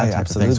ah absolutely. so